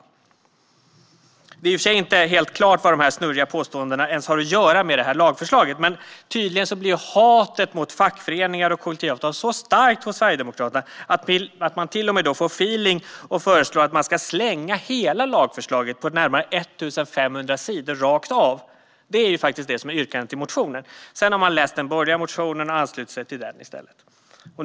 Det är i och för sig inte helt klart vad de här snurriga påståendena ens har att göra med detta lagförslag. Men tydligen är hatet mot fackföreningar och kollektivavtal så starkt hos Sverigedemokraterna att de till och med får feeling och föreslår att hela lagförslaget på närmare 1 500 sidor ska slängas rakt av. Det är faktiskt det som yrkas i motionen. Sedan har de läst den borgerliga motionen och anslutit sig till den i stället.